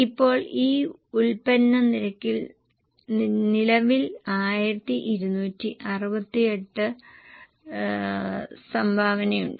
ഇപ്പോൾ ഈ ഉൽപ്പന്ന നിരയ്ക്ക് നിലവിൽ 1268 സംഭാവനയുണ്ട്